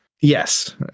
yes